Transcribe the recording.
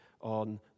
on